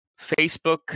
Facebook